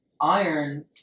iron